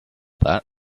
that